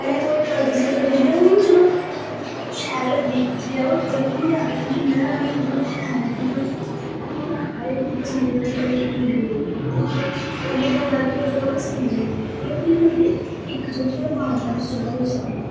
पैस कर जेल्लै उनें शैल लगदी जेल्लै घ आख जेै ज शैल लग हू हर पसंदीली जंदी उ केह् होंदा कि ज पसंद केह् कर ज बार ब जगह बिच आंदी